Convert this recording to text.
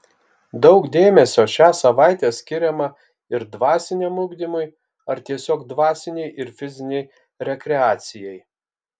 daug dėmesio šią savaitę skiriama ir dvasiniam ugdymui ar tiesiog dvasinei ir fizinei rekreacijai